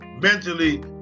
mentally